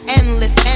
endless